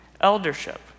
eldership